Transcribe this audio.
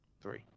Three